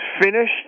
finished